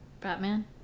Batman